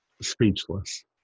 speechless